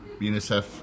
UNICEF